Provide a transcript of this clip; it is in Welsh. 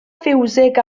fiwsig